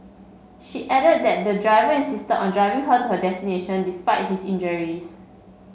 she added that the driver insisted on driving her to her destination despite his injuries